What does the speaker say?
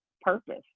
purpose